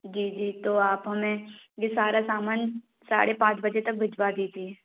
जी जी तो आप हमें ये सारा सामान साढ़े पाँच बजे तक भिजवा दीजिए